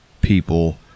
people